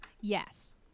Yes